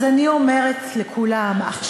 אז אני אומרת לכולם עכשיו,